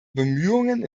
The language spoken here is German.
bemühungen